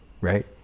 right